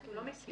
אנחנו לא מכירים